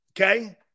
Okay